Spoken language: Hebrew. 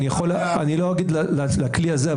אני לא אגיד על הכלי הזה,